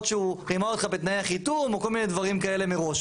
שהוא רימה אותך בתנאי החיתום או כל מיני דברים כאלה מראש.